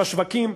בשווקים,